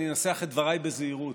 אני אנסח את דבריי בזהירות,